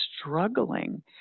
struggling